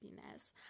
happiness